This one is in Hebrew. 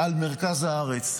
על מרכז הארץ,